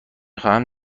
خواهم